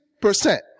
percent